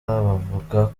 bavuga